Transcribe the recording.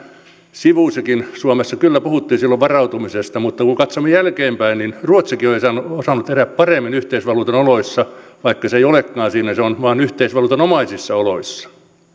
sivusikin suomessa kyllä puhuttiin silloin varautumisesta mutta kun katsomme jälkeenpäin niin ruotsikin on on osannut elää paremmin yhteisvaluutan oloissa vaikka se ei olekaan siinä se on vain yhteisvaluutanomaisissa oloissa